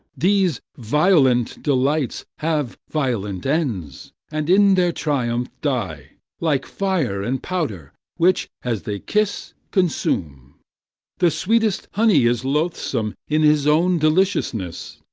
these violent delights have violent ends, and in their triumph die like fire and powder, which, as they kiss, consume the sweetest honey is loathsome in his own deliciousness,